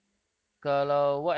mm